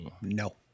No